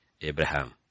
Abraham